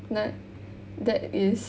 Nat that is